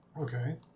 Okay